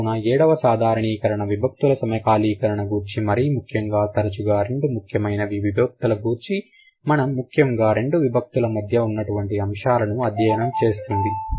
కావున ఏడవ సాధారణీకరణ విభక్తుల సమకాలీకరణ గూర్చి మరీ ముఖ్యంగా తరచుగా రెండు ముఖ్యమైనవి విభక్తుల గూర్చి మరి ముఖ్యముగా రెండు విభక్తుల మధ్య ఉన్నటువంటి అంశాలను అధ్యయనం చేస్తుంది